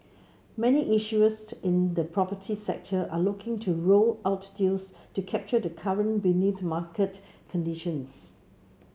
many issuers in the property sector are looking to roll out deals to capture the current benign market conditions